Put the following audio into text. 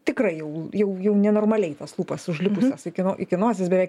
tikrai jau jau normaliai tas lūpas užlipusias iki no iki nosies beveik